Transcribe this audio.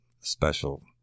special